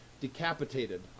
decapitated